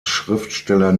schriftsteller